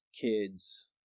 kids